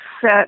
set